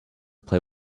play